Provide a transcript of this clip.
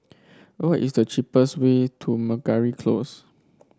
what is the cheapest way to Meragi Close